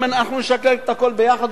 אם אנחנו נשקלל את הכול ביחד,